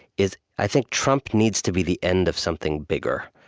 is, i think trump needs to be the end of something bigger,